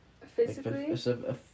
Physically